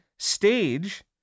Stage